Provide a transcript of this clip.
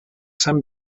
sant